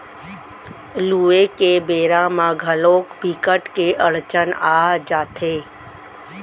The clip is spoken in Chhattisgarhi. लूए के बेरा म घलोक बिकट के अड़चन आ जाथे